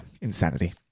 insanity